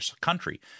country